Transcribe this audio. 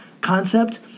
Concept